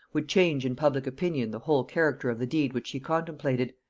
would change in public opinion the whole character of the deed which she contemplated,